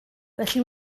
felly